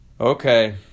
okay